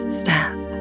step